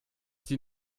sie